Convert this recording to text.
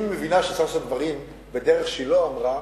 אם היא מבינה שצריך לעשות דברים בדרך שהיא לא אמרה,